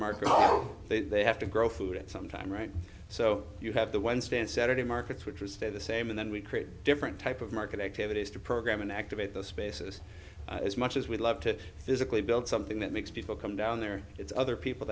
market they have to grow food at some time right so you have the wednesday and saturday markets which are stay the same and then we create a different type of market activities to program and activate those spaces as much as we'd love to physically build something that makes people come down there it's other people